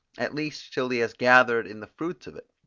at least till he has gathered in the fruits of it,